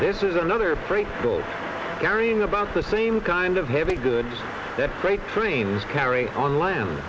this is another preschool carrying about the same kind of heavy goods that freight trains carry on land